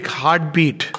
heartbeat